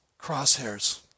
crosshairs